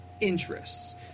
interests